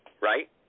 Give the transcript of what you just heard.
right